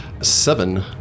Seven